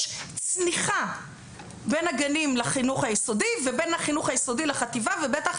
יש צניחה בין הגנים לחינוך היסודי ובין החינוך היסודי לחטיבה ובטח